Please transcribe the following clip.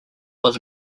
was